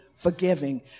Forgiving